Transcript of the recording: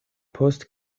post